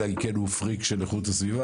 אלא אם כן הוא פריק של איכות הסביבה.